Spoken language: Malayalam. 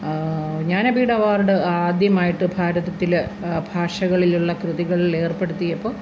ജ്ഞാനപീഠ അവാർഡ് ആദ്യമായിട്ട് ഭാരതത്തില് ഭാഷകളിലുള്ള കൃതികളില് ഏർപ്പെടുത്തിയപ്പോള്